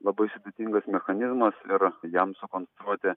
labai sudėtingas mechanizmas ir jam sukonstruoti